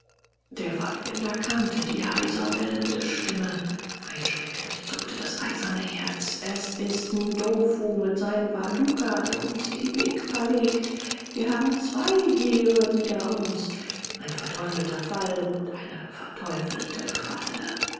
der pfadfinder kannte die heiser bellende stimme ein schreck durchzuckte das eiserne herz es ist ndofu mit seinen waduka der uns den weg verlegt wir haben zwei heere wider uns ein verteufelter fall und eine verteufelte falle